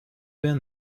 been